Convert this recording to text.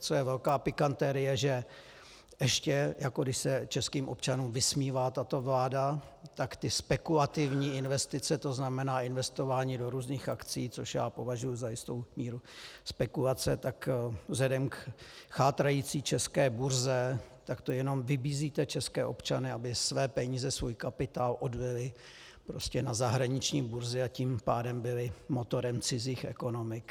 Co je velká pikantérie, že ještě jako že se českým občanům vysmívá tato vláda, tak ty spekulativní investice, to znamená investování do různých akcí, což já považuji za jistou míru spekulace, tak vzhledem k chátrající české burze jenom vybízíte české občany, aby své peníze, svůj kapitál odlili prostě na zahraniční burzy a tím pádem byly motorem cizích ekonomik.